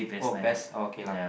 oh pest oh okay lah